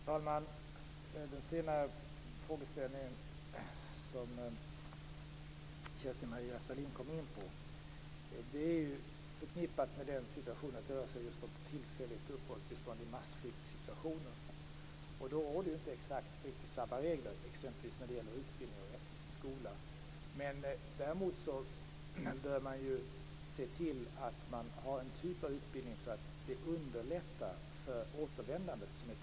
Fru talman! Den senare frågeställningen som Kerstin-Maria Stalin kom in på är förknippad med att det rör sig om just tillfälligt uppehållstillstånd i massflyktssituationer. Då råder inte riktigt exakt samma regler, exempelvis när det gäller utbildning och rätten till skola. Däremot bör man se till att ha en sådan typ av utbildning som underlättar för återvändandet.